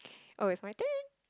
oh it's my turn